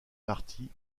marty